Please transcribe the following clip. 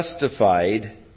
justified